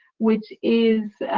which is